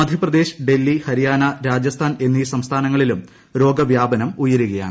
മധ്യപ്രദേശ് ഡൽഹി ഹരിയാന രൂജ്സ്ഥാൻ എന്നീ സംസ്ഥാനങ്ങളിലും രോഗവൃാപ്പനം ്ഉയരുകയാണ്